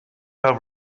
have